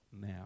now